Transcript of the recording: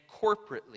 corporately